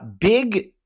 big